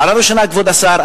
הערה ראשונה: כבוד השר,